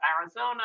arizona